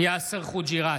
יאסר חוג'יראת,